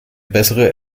bessere